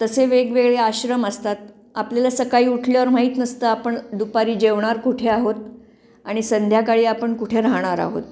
तसे वेगवेगळे आश्रम असतात आपल्याला सकाळी उठल्यावर माहीत नसतं आपण दुपारी जेवणार कुठे आहोत आणि संध्याकाळी आपण कुठे राहणार आहोत